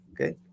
Okay